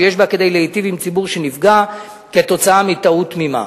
שיש בה כדי להיטיב עם ציבור שנפגע עקב טעות תמימה.